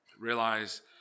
Realize